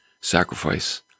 sacrifice